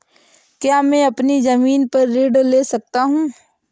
क्या मैं अपनी ज़मीन पर ऋण ले सकता हूँ?